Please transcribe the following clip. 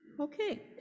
Okay